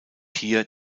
hier